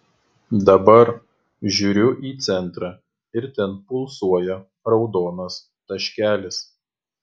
dabar žiūriu į centrą ir ten pulsuoja raudonas taškelis